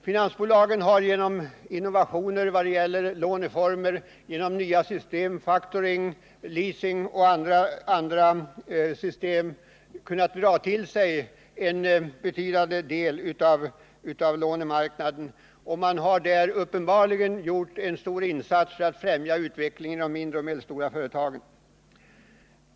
Finansbolagen har genom innovationer i vad gäller låneformer och genom nya system, factoring, leasing etc., kunnat dra till sig en betydande del av lånemarknaden. Och de har uppenbarligen gjort en stor insats för att främja utvecklingen av de mindre och medelstora företagen.